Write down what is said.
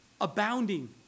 Abounding